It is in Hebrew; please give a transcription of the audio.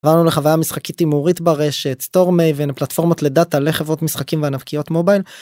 עברנו לחוויה משחקית הימורית ברשת סטורמי ולפלטפורמות לדאטה לחברות משחקים וענקיות מובייל.